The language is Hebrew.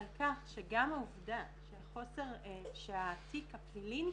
מישהי שבחרה בזה אלא 90 אחוזים מהמקרים הם של מישהי שחוותה פגיעה מינית.